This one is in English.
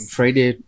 Friday